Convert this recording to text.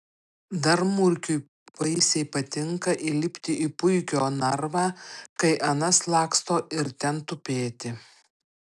dar murkiui baisiai patinka įlipti į puikio narvą kai anas laksto ir ten tupėti